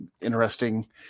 Interesting